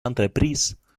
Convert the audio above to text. entreprises